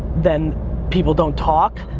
then people don't talk.